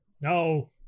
No